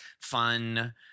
fun